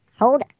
Hold